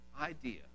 idea